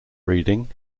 reading